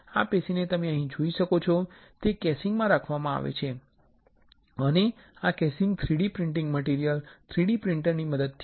આ પેશીને તમે અહીં જોઈ શકો છો તે કેસીંગમાં રાખવામાં આવે છે અને આ casing 3D printing material 3D પ્રિંટરની મદદથી છે